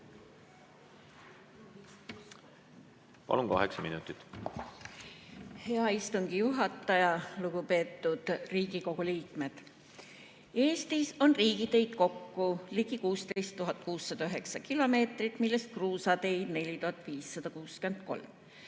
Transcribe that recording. Palun, kaheksa minutit! Hea istungi juhataja! Lugupeetud Riigikogu liikmed! Eestis on riigiteid kokku ligi 16 609 kilomeetrit, millest kruusateid on 4563